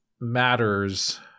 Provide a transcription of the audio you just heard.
matters